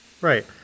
right